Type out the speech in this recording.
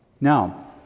Now